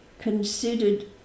considered